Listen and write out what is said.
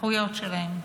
לזכויות שלהם,